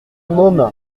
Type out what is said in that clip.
môme